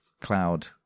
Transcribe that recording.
cloud